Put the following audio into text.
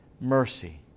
mercy